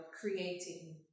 creating